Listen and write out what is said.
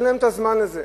אין להם הזמן לזה.